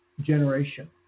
generation